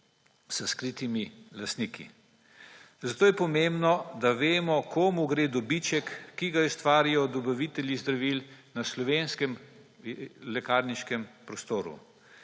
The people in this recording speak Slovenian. skritih lastnikov. Zato je pomembno, da vemo, komu gre dobiček, ki ga ustvarijo dobavitelji zdravil na slovenskem lekarniškem prostoru.